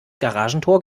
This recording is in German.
garagentor